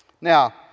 Now